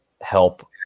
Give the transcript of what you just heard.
help